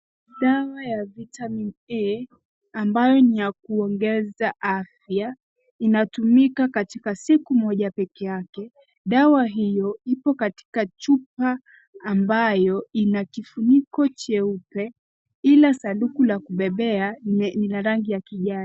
Dawa ya, Vitamin A,ambayo ni ya kuongeza afya inatumika katika siku moja peke yake. Dawa hiyo iko katika chupa ambayo ina kifuniko cheupe ila sanduku la kubebea no la rangi ya kijani.